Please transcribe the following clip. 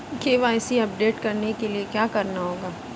KYC update करने के लिए क्या करना होगा?